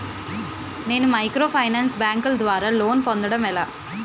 నేను మైక్రోఫైనాన్స్ బ్యాంకుల ద్వారా లోన్ పొందడం ఎలా?